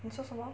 你说什么